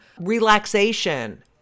relaxation